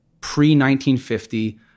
pre-1950